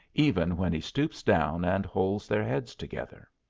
even when he stoops down and holds their heads together.